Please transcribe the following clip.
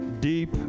deep